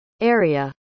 area